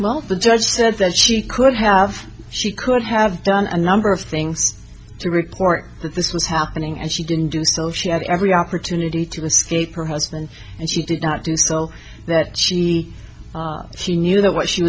well the judge said that she could have she could have done a number of things to report that this was happening and she didn't do so she had every opportunity to escape her husband and she did not do so that she she knew that what she